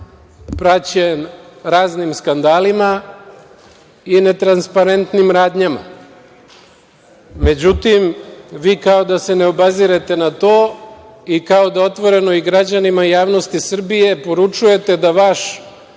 praćen raznim skandalima i netransparentnim radnjama. Međutim, vi kao da se ne obazirete na to i kao da otvoreno i građanima i javnosti Srbije poručujete da vaš